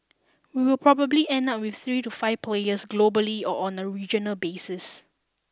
we will probably end up with three to five players globally or on a regional basis